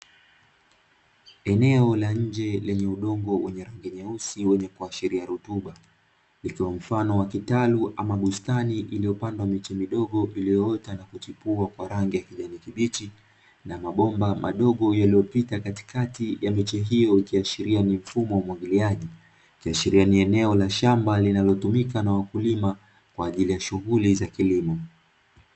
Eneo la nje lenye udongo wenye rangi nyeusi kuashiria rutuba ikwa mfano wa kitalu ama bustani, iliyopandwa miche midogo iliyoota na kuchipia kwa rangi ya kijani kibichi na mabomba madogo yaliyopita katikati ya miche hiyo, ikiashiria ni mfumo wa umwagiliaji ikiashiria ni eneo la shamba linalotumika na walulima kwaajili shughuli za kilimo.